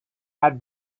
had